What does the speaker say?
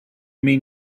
mean